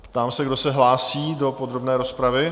Ptám se, kdo se hlásí do podrobné rozpravy?